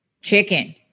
chicken